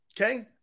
Okay